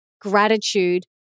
gratitude